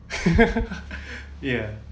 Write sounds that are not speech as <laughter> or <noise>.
<laughs> ya